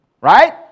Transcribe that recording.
Right